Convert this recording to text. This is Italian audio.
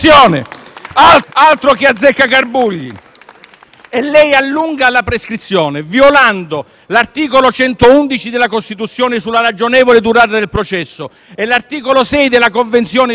Altro che azzeccagarbugli! Lei allunga la prescrizione, violando l'articolo 111 della Costituzione sulla ragionevole durata del processo e l'articolo 6 della Convezione per la